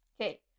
Okay